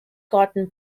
cotton